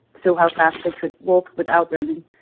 so how fast they could walk without running.